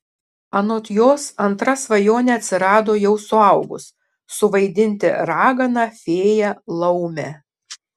anot jos antra svajonė atsirado jau suaugus suvaidinti raganą fėją laumę